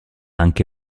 anche